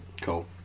Cool